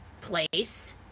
place